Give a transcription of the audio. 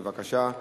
בבקשה.